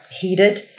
heated